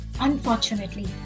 unfortunately